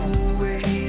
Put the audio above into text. away